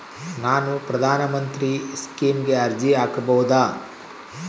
ನಾನು ಪ್ರಧಾನ ಮಂತ್ರಿ ಸ್ಕೇಮಿಗೆ ಅರ್ಜಿ ಹಾಕಬಹುದಾ?